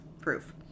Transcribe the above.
proof